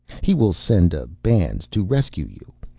he will send a band to rescue you.